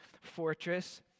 fortress